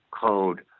code